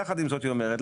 יחד עם זאת היא אומרת,